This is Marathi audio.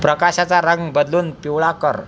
प्रकाशाचा रंग बदलून पिवळा कर